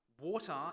Water